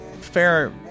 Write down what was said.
fair